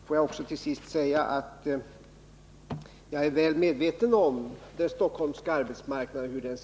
Får jag allra sist säga att jag är väl medveten om hur Stockholms arbetsmarknad ser ut.